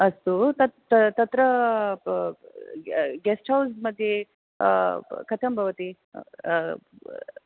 अस्तु तत् तत्र गेस्ट् हौस् मध्ये कथं भवति